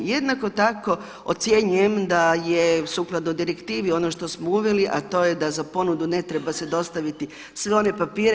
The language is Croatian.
Jednako tako ocjenjujem da je sukladno direktivi ono što smo uveli a to je da za ponudu ne treba se dostaviti sve one papire.